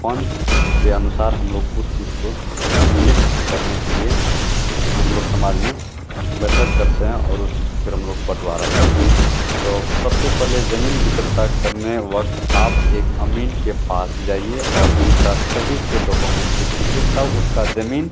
पंच के अनुसार हम लोग उस चीज़ को सम्मिलित करने के लिए हम लोग समाज में बैठक करते हैं और उस चीज़ को फिर हम लोग बटवारा करते हैं तो सबसे पहले ज़मीन विक्रेता करने वक़्त आप एक अमीन के पास जाइए और उनका सही से डोकोमेंट्स चेक कीजिए तब उसका ज़मीन